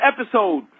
episode